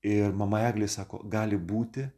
ir mama eglė sako gali būti